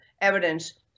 evidence